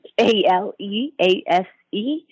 A-L-E-A-S-E